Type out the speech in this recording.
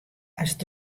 ast